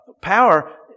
Power